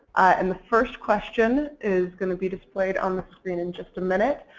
and the first question is going to be displayed on the screen in just a minute.